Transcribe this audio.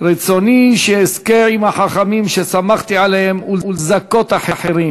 "רצוני שאזכה עם החכמים שסמכתי עליהם ולזכות אחרים,